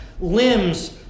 limbs